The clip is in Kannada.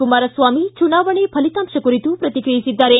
ಕುಮಾರಸ್ವಾಮಿ ಚುನಾವಣೆ ಫಲಿತಾಂಶ ಕುರಿತು ಪ್ರತಿಕ್ರಿಯಿಸಿದ್ದಾರೆ